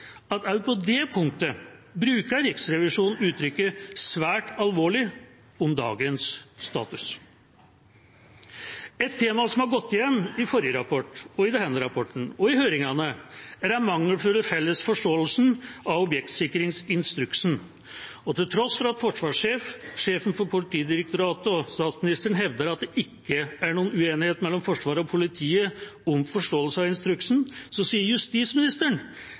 at også på det punktet bruker Riksrevisjonen uttrykket «svært alvorlig» om dagens status. Et tema som har gått igjen i forrige rapport, i denne rapporten og i høringene, er den mangelfulle felles forståelsen av objektsikringsinstruksen. Til tross for at forsvarssjefen, sjefen for Politidirektoratet og statsministeren hevder at det ikke er noen uenighet mellom Forsvaret og politiet om forståelsen av instruksen, sier justisministeren